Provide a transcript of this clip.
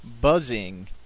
Buzzing